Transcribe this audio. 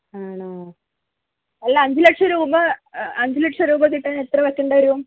ആണോ അല്ല അഞ്ച് ലക്ഷം രൂപ അഞ്ച് ലക്ഷം രൂപ കിട്ടാൻ എത്ര വെക്കണ്ട വരും